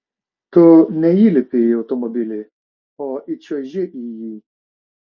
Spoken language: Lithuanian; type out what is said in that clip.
tu neįlipi į automobilį o įčiuoži į jį